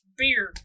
beer